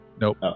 Nope